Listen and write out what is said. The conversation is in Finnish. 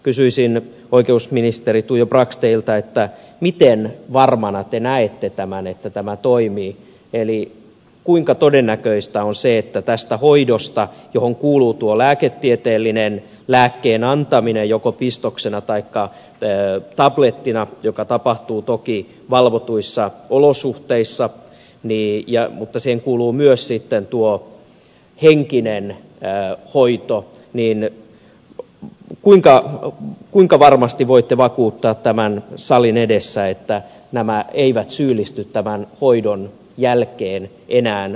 kysyisin oikeusministeri tuija brax teiltä miten varmana te näette tämän että tämä toimii eli kuinka todennäköistä on se että tästä hoito johon kuuluu tuo lääketieteellinen lääkkeen antaminen joko pistoksena taikka tablettina ja joka tapahtuu toki valvotuissa olosuhteissa mutta siihen kuuluu myös tuo henkinen hoito toimii kuinka varmasti voitte vakuuttaa tämän salin edessä että nämä rikolliset eivät syyllisty tämän hoidon jälkeen enää rikokseen